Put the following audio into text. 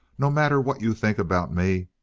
no matter what you think about me,